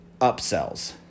upsells